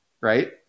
right